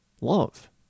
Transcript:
Love